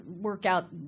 workout